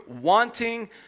wanting